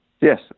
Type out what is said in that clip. Yes